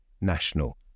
national